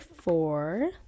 four